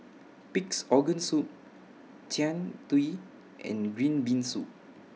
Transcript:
Pig'S Organ Soup Jian Dui and Green Bean Soup